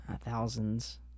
thousands